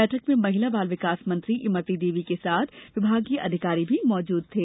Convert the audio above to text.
बैठक में महिला बाल विकास मंत्री इमरती देवी के साथ विभागीय अधिकारी भी उपस्थित थे